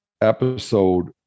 episode